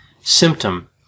symptom